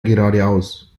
geradeaus